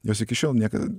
jos iki šiol niekad